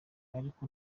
ariko